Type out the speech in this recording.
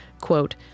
quote